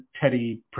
Teddy